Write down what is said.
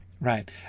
right